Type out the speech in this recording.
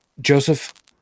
Joseph